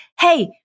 Hey